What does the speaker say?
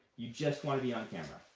you just want to be on camera.